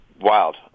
wild